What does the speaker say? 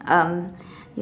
um